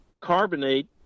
carbonate